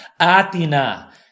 Atina